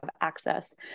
access